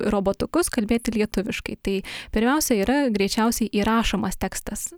robotukus kalbėti lietuviškai tai pirmiausia yra greičiausiai įrašomas tekstas